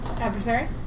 Adversary